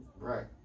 Right